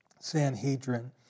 Sanhedrin